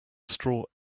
straw